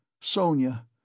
Sonia